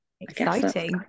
exciting